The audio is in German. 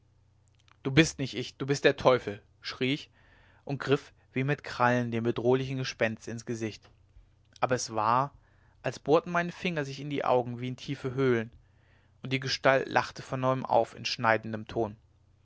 du bist nicht ich du bist der teufel schrie ich auf und griff wie mit krallen dem bedrohlichen gespenst ins gesicht aber es war als bohrten meine finger sich in die augen wie in tiefe höhlen und die gestalt lachte von neuem auf in schneidendem ton